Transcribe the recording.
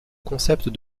concept